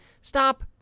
stop